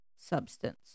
substance